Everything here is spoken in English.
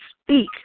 speak